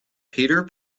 peter